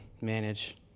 manage